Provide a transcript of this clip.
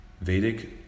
Vedic